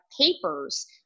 papers